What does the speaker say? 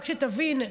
רק שתבין,